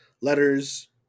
letters